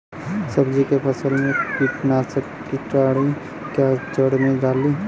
सब्जी के फसल मे कीटनाशक छिड़काई या जड़ मे डाली?